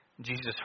Jesus